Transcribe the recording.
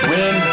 Win